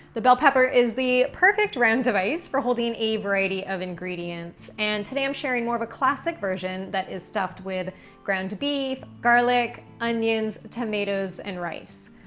the bell pepper is the perfect round device for holding a variety of ingredients, and today i'm sharing more of a classic version that is stuffed with ground beef, garlic, onions, tomatoes, and rice.